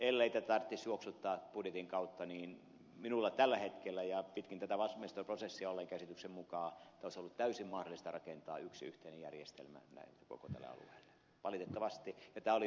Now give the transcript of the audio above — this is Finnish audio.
ellei tätä tarvitsisi juoksuttaa budjetin kautta niin minulla tällä hetkellä olevan ja pitkin tätä valmisteluprosessia olleen käsityksen mukaan olisi ollut täysin mahdollista rakentaa yksi yhteinen järjestelmä koko tälle alueelle valitettavasti